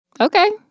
Okay